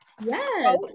Yes